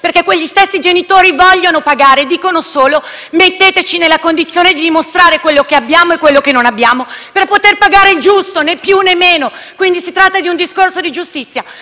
perché quegli stessi genitori vogliono pagare, chiedono solo di essere messi nella condizione di dimostrare quello che hanno e quello che non hanno, per poter pagare il giusto, né più, né meno. Si tratta, quindi, di un discorso di giustizia.